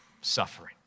suffering